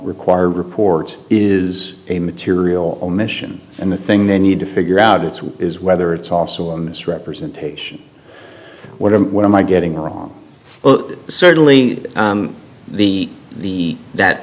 require report is a material mission and the thing they need to figure out it's what is whether it's also a misrepresentation what what am i getting wrong well certainly the the that